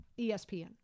ESPN